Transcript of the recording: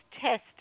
test